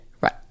Right